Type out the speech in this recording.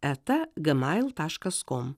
eta gmail taškas kom